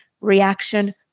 reaction